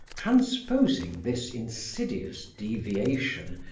transposing this insidious deviation,